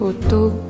photo